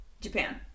Japan